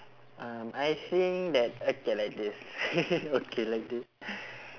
um I think that okay like this okay like this